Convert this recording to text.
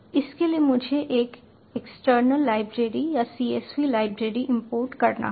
इसके लिए मुझे एक एक्सटर्नल लाइब्रेरी या csv लाइब्रेरी इंपोर्ट करना होगा